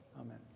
Amen